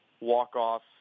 walk-off